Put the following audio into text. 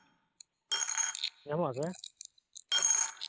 ᱧᱟᱢᱚᱜᱼᱟ ᱥᱮ